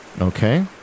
Okay